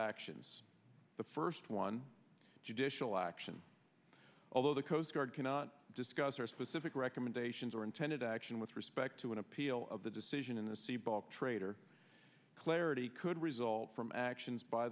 actions the first one judicial action although the coast guard cannot discuss or specific recommendations or intended action with respect to an appeal of the decision in the sebald traitor clarity could result from actions by